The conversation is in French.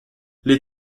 les